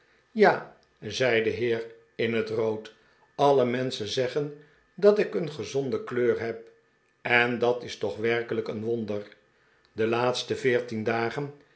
ja zei de heer in het rood alle menschen zeggen dat ik een gezonde kleur heb en dat is toch werkelijk een wonder de laatste veertien dagen